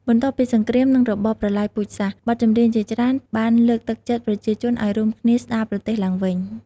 បន្ទាប់ពីសង្គ្រាម និងរបបប្រល័យពូជសាសន៍ បទចម្រៀងជាច្រើនបានលើកទឹកចិត្តប្រជាជនឱ្យរួមគ្នាស្ដារប្រទេសឡើងវិញ។